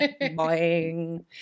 Boing